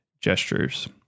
gestures